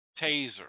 taser